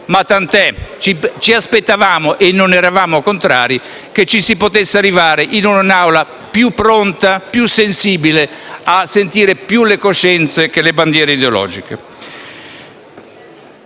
ma tant'è: ci aspettavamo, e non eravamo contrari, che ci si potesse arrivare in un'Aula più pronta e più sensibile a sentire più le coscienze che le bandiere ideologiche.